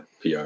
PR